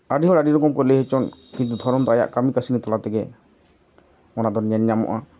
ᱟᱹᱰᱤ ᱦᱚᱲ ᱟᱹᱰᱤ ᱨᱚᱠᱚᱢ ᱠᱚ ᱞᱟᱹᱭ ᱦᱚᱪᱚᱱ ᱠᱤᱱᱛᱩ ᱫᱷᱚᱨᱚᱢ ᱫᱚ ᱟᱭᱟᱜ ᱠᱟᱹᱢᱤ ᱠᱟᱹᱥᱱᱤ ᱛᱟᱞᱟ ᱛᱮᱜᱮ ᱚᱱᱟ ᱫᱚ ᱧᱮᱞ ᱧᱟᱢᱚᱜᱼᱟ